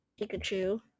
Pikachu